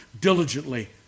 diligently